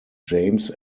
james